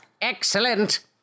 Excellent